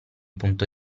punto